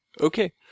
Okay